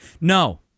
No